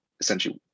essentially